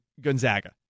Gonzaga